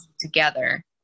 Together